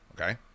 okay